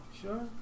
Sure